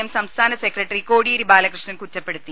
M സംസ്ഥാന secretary Kodiyeri Balakrishnan കുറ്റപ്പെടുത്തി